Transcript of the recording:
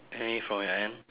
any from your end